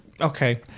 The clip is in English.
Okay